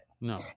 No